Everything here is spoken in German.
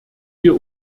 wir